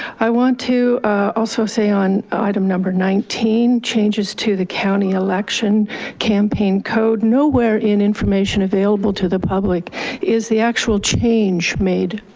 i want to also say on item number nineteen, changes to the county election campaign code. nowhere in information available available to the public is the actual change made